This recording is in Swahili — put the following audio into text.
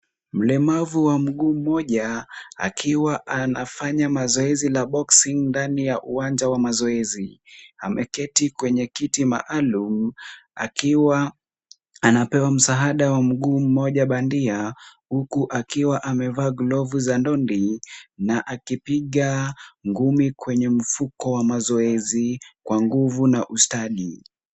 Mlemavu wa mguu mmoja akiwa anafanya mazoezi ya boxing ndani ya uwanja wa mazoezi. Ameketi kwenye kiti maalum, akiwa anapewa msaada wa mguu mmoja bandia, huku akiwa amevaa glovu za ndondi na akipiga ngumi kwenye mfuko wa mazoezi kwa nguvu na ustadi.